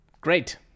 Great